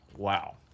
Wow